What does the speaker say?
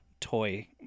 toy